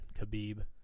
Khabib